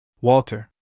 Walter